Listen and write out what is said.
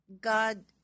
God